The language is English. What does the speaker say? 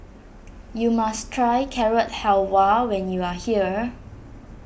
you must try Carrot Halwa when you are here